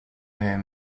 eux